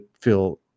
feel